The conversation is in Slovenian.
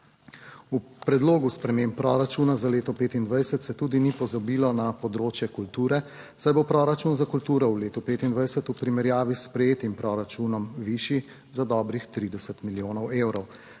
V predlogu sprememb proračuna za leto 2025 se tudi ni pozabilo na področje kulture, saj bo proračun za kulturo v letu 2025 v primerjavi s sprejetim proračunom višji za dobrih 30 milijonov evrov.